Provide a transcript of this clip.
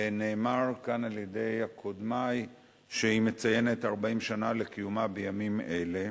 ונאמר כאן על-ידי קודמי שהיא מציינת 40 שנה לקיומה בימים אלה.